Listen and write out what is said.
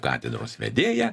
katedros vedėja